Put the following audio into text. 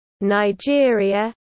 Nigeria